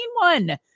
one